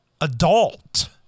adult